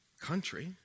country